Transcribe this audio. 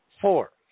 four